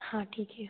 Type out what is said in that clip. हाँ ठीक है